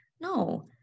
No